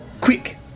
Quick